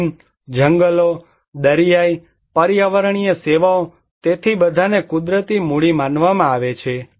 જમીન જંગલો દરિયાઇ પર્યાવરણીય સેવાઓ તેથી બધાને કુદરતી મૂડી માનવામાં આવે છે